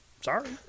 Sorry